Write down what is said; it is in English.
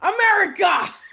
America